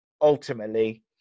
ultimately